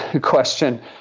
question